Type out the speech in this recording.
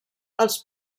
els